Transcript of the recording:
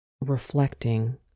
reflecting